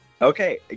Okay